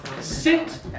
Sit